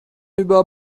über